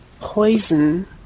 poison